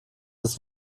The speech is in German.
ist